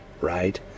right